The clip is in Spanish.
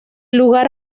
lugar